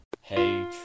Hey